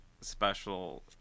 special